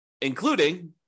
including